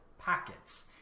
packets